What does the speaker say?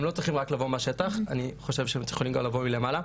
הם לא צריכים רק לבוא מהשטח ואני חושב שהם צריכים גם לבוא מלמעלה.